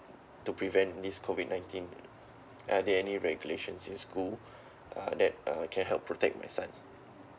to prevent this COVID nineteen are there any regulations in school uh that uh can help protect my son